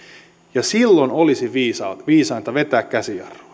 ja silloin olisi viisainta vetää käsijarrua